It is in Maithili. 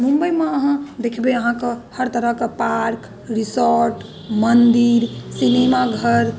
मुम्बइमे अहाँ देखबै अहाँकेँ हर तरहके पार्क रिसोर्ट मंदिर सिनेमा घर